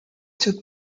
took